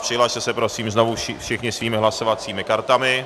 Přihlaste se prosím znovu všichni svými hlasovacími kartami.